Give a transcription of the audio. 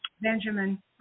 Benjamin